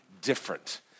different